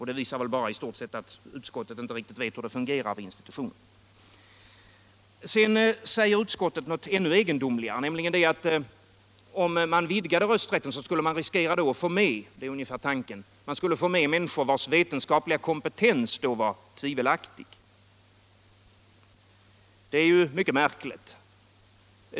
Det visar väl bara att utskottet i stort sett inte vet hur det fungerar vid institutionen. Sedan säger utskottet någonting ännu egendomligare, nämligen att om man utvidgade rösträtten skulle man riskera att få med människor vilkas vetenskapliga kompetens kunde vara tvivelaktig — det är väl ungefär så tanken är. Det resonemanget är mycket märkligt.